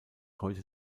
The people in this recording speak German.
heute